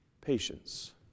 Patience